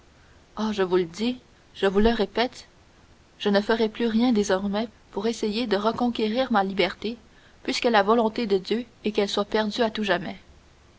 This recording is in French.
ah je vous le dis je vous le répète je ne ferai plus rien désormais pour essayer de reconquérir ma liberté puisque la volonté de dieu est qu'elle soit perdue à tout jamais